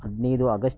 ಹದಿನೈದು ಆಗಸ್ಟ್